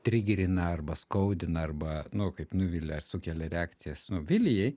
trigerina arba skaudina arba nu kaip nuvilia sukelia reakcijas vilijai